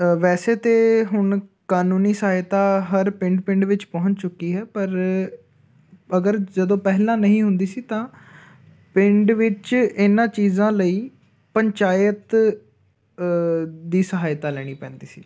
ਵੈਸੇ ਤਾਂ ਹੁਣ ਕਾਨੂੰਨੀ ਸਹਾਇਤਾ ਹਰ ਪਿੰਡ ਪਿੰਡ ਵਿੱਚ ਪਹੁੰਚ ਚੁੱਕੀ ਹੈ ਪਰ ਅਗਰ ਜਦੋਂ ਪਹਿਲਾਂ ਨਹੀਂ ਹੁੰਦੀ ਸੀ ਤਾਂ ਪਿੰਡ ਵਿੱਚ ਇਹਨਾਂ ਚੀਜ਼ਾਂ ਲਈ ਪੰਚਾਇਤ ਦੀ ਸਹਾਇਤਾ ਲੈਣੀ ਪੈਂਦੀ ਸੀ